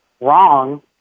wrong